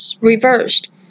reversed